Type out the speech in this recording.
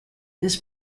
this